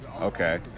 Okay